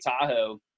Tahoe